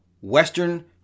Western